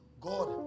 God